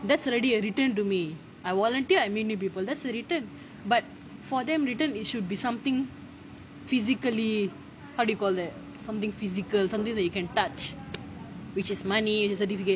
that's already a return to me I volunteer I meet new people that's a return but for them return it should be something physically how do you call that something physical something that you can touch which is money and certificate